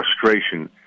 frustration